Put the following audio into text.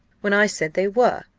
when i said they were.